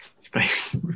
space